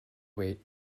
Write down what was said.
weight